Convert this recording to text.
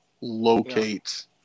locate